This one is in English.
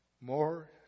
More